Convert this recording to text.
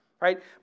right